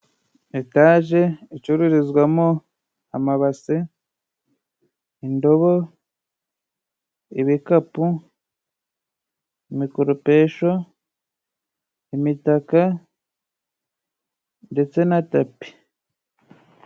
Etaje icururizwamo amabase, indobo, ibikapu, imikoropesho, imitaka ndetse na Tapi.